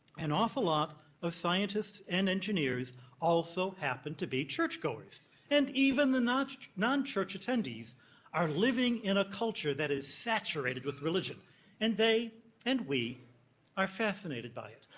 an awful lot of scientist and engineers also happen to be church goers and even the non-church non-church attendees are living in a culture that is saturated with religion and they and we are fascinated by it.